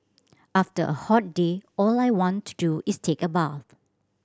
after a hot day all I want to do is take a bath